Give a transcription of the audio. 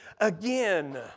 again